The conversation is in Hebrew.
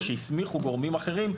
שם הסמיכו גורמים אחרים,